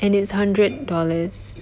and it's hundred dollars